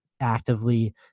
actively